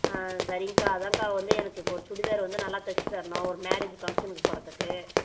ஆ சரிங்கக்கா அதான்க்கா வந்து எனக்கு இப்போ ஒரு சுடிதார் வந்து நல்லா தைச்சி தரணும் ஒரு மேரேஜ் ஃபங்க்ஷனுக்கு போகிறதுக்கு